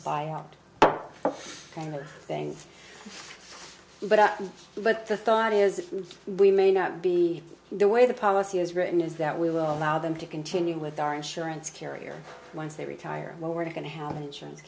out kind of things but what the thought is if we may not be the way the policy is written is that we will allow them to continue with our insurance carrier once they retire well we're going to have an insurance